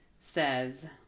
says